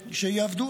אם, שיעבדו.